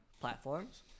Platforms